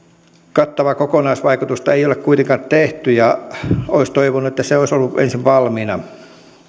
kattavaa kokonaisvaikutusta ei olla kuitenkaan tehty ja olisi toivonut että se olisi ollut ensin valmiina